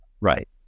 Right